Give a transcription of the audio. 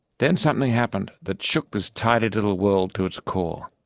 then something happened that shook this tidy little world to its core.